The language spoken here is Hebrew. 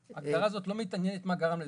ההגדרה הזאת לא מתעניינת במה גרם לזה,